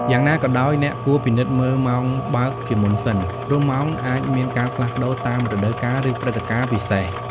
យ៉ាងណាក៏ដោយ អ្នកគួរពិនិត្យមើលម៉ោងបើកជាមុនសិន ព្រោះម៉ោងអាចមានការផ្លាស់ប្ដូរតាមរដូវកាល ឬព្រឹត្តិការណ៍ពិសេស។